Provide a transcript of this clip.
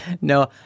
No